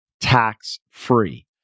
tax-free